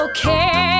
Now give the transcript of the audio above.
Okay